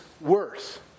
worth